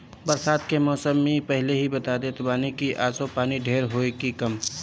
बरसात के मौसम में इ पहिले ही बता देत बाने की असो पानी ढेर होई की कम